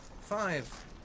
Five